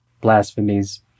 blasphemies